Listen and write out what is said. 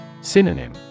Synonym